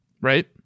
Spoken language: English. Right